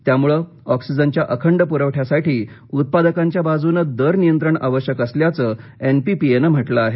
त्यामुळे ऑक्सीजनच्या अखंड पुरवठ्यासाठी उत्पादकांच्या बाजूने दरनियंत्रण आवश्यक असल्याचं एनपीपीए नं म्हटलं आहे